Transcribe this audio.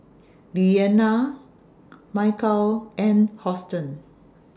Lillianna Michel and Houston